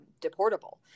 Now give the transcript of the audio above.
deportable